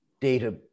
data